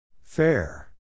Fair